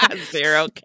Zero